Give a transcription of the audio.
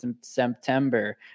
September